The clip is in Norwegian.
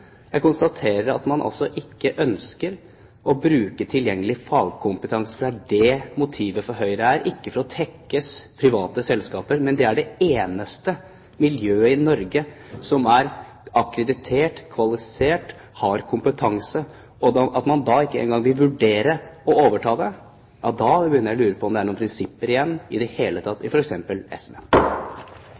Jeg konstaterer at man ikke ønsker å bruke tilgjengelig fagkompetanse – for det er det som er motivet for Høyre, ikke å tekkes private selskaper. Men det er det eneste miljøet i Norge som er akkreditert, kvalifisert og har kompetanse, og at man da ikke engang vil vurdere å overta det, da begynner jeg å lure på om det er noen prinsipper igjen i det hele tatt i f.eks. SV.